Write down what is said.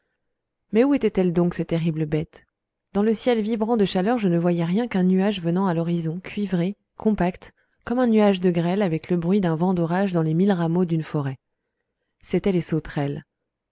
mais où étaient-elles donc ces terribles bêtes dans le ciel vibrant de chaleur je ne voyais rien qu'un nuage venant à l'horizon cuivré compact comme un nuage de grêle avec le bruit d'un vent d'orage dans les mille rameaux d'une forêt c'étaient les sauterelles